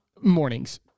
mornings